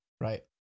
Right